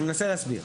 אז אני מנסה להסביר.